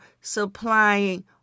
supplying